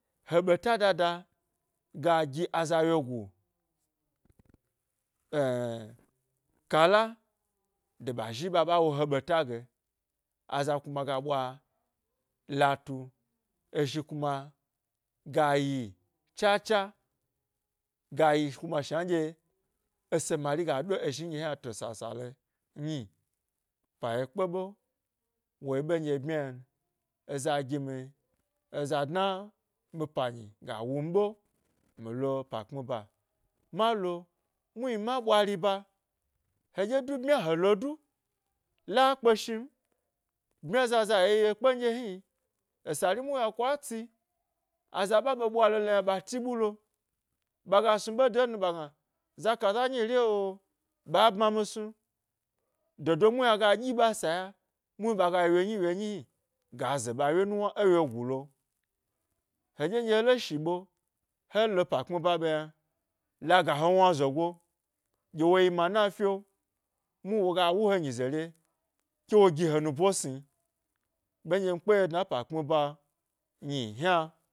He ɓeta dada ga gi aza wyegu eh kala gye ɓa zhi ɓa ɓa wo ye ɓeta ge aza kima ga ɓwa latu ezhi kuma gayi chacha, gayi kuma shna nɗye ese mari ga ɗo ezhi nɗye hna to sasale nyi, pa ye kpe wu eɓe nɗye bmya yna n eza gimi eza dua mi panyi ga wumɓe, milo pa kpmi ba malo muhni ma ɓwa riba heɗyedu bmya helodu la kpe shin bmya zaza woyi yekpe nɗye hni esa ri muhni a kwa tsi, aza ɓa ɓe ɓwa lolon yna ɓa ti ɓulo, ɓaga snu ɓede nu, ɓa gna, za kaza nyi ri e o ɓa bma mi snu dodo muhni aga ɗyi ɓa'sa ya muhni ɓaya yi wyonyi wyonyi hni ga ze ɓa wye nuwna ewyegulo he ɗye nɗye heloshi ɓe, he lo ‘pa kpmi ba ɓem yna laga he wna zogo gɗye wo yi mana fyo muhni wega wu he nyize re ke wu gihe nubo sni ɓe nɗye mi kpe dna efa kpmi nyi hna